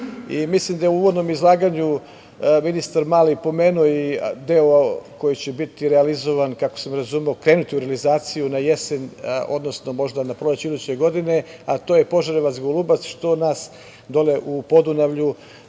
mislim da je u uvodnom izlaganju ministar Mali pomenuo i deo koji će, kako sam razumeo, krenuti u realizaciju na jesen, odnosno, možda na proleće iduće godine, a to je Požarevac-Golubac, što nas dole u Podunavlju